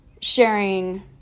sharing